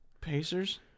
Pacers